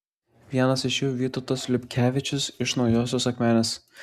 vienas iš jų vytautas liubkevičius iš naujosios akmenės